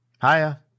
Hiya